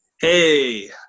Hey